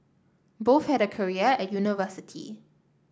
both had a career at university